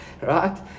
right